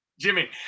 Jimmy